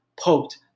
poked